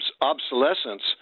obsolescence